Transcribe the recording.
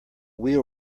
wheel